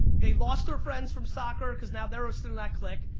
they've lost their friends from soccer cause now they're ah still that click.